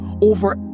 over